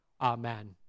Amen